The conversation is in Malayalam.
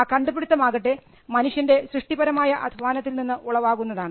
ആ കണ്ടുപിടിത്തം ആകട്ടെ മനുഷ്യൻറെ സൃഷ്ടിപരമായ അധ്വാനത്തിൽ നിന്ന് ഉളവാകുന്നതാണ്